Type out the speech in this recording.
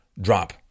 drop